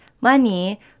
money